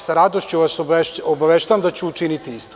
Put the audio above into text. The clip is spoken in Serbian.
Sa radošću vas obaveštavam da ću učiniti isto.